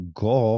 go